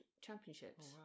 Championships